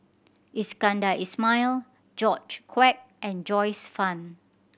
Iskandar Ismail George Quek and Joyce Fan